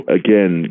again